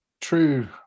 true